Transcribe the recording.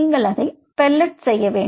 நீங்கள் அதை பெல்லெட் செய்ய வேண்டும்